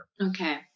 Okay